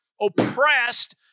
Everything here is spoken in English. oppressed